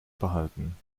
behalten